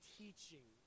teaching